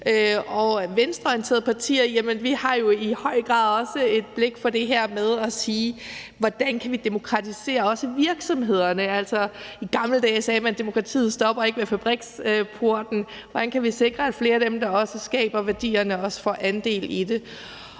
venstreorienterede partier har vi jo i høj grad også et blik for det her med, hvordan vi kan demokratisere virksomhederne. I gamle dage sagde man, at demokratiet ikke stopper ved fabriksporten. Hvordan kan vi sikre, at flere af dem, der skaber værdierne, også får andel i dem?